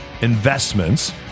investments